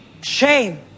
Shame